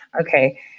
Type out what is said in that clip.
Okay